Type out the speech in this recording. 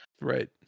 Right